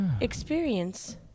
experience